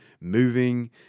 moving